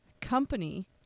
company